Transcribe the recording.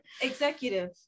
Executive